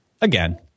again